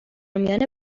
میان